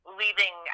leaving